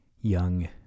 young